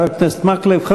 תודה, חבר הכנסת מקלב.